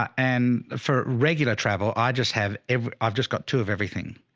and for regular travel i just have every, i've just got to have everything.